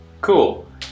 Cool